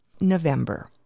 November